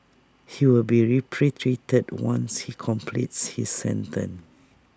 he will be repatriated once he completes his sentence